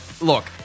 look